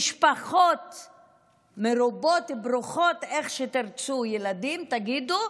משפחות מרובות, ברוכות ילדים, איך שתרצו תגידו,